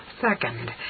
second